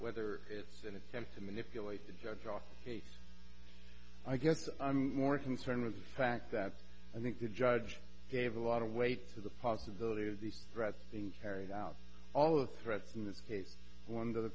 whether it's an attempt to manipulate the judge our case i guess i'm more concerned with fact that i think the judge gave a lot of weight to the possibility of the grass being carried out all of threats in this case one th